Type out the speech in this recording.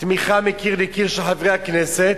תמיכה מקיר לקיר של חברי הכנסת,